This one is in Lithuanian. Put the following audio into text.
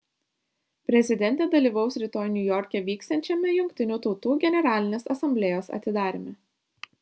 prezidentė dalyvaus rytoj niujorke vyksiančiame jungtinių tautų generalinės asamblėjos atidaryme